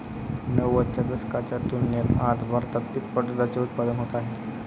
नव्वदच्या दशकाच्या तुलनेत आज भारतात तिप्पट दुधाचे उत्पादन होत आहे